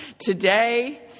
today